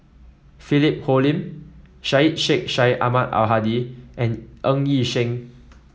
Philip Hoalim Syed Sheikh Syed Ahmad Al Hadi and Ng Yi Sheng